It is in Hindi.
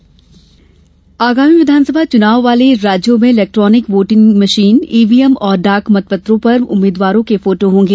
ईवीएम फोटो आगामी विघानसभा चुनाव वाले राज्यों में इलैक्ट्रॉनिक वोटिंग मशीन ईवीएम और डाक मतपत्रों पर उम्मीदवारों के फोटो होंगे